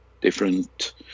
different